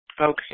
Okay